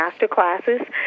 Masterclasses